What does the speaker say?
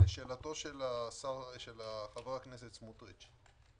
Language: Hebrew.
לשאתו של חבר הכנסת סמוטריץ,